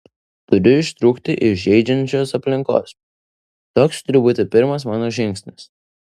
turiu ištrūkti iš žeidžiančios aplinkos toks turi būti pirmas mano žingsnis